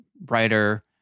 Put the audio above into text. brighter